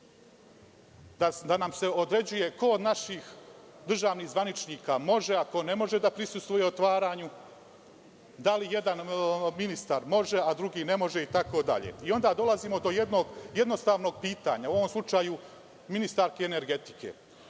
da nam se određuje ko od naših državnih zvaničnika može, a ko ne može da prisustvuje otvaranju, da li jedan ministar može, a drugi ne može itd. Onda dolazimo do jednog jednostavnog pitanja, u ovom slučaju ministarki energetike